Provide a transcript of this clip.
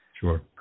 Sure